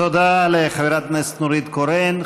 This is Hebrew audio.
תודה לחברת הכנסת נורית קורן.